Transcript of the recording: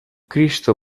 cristo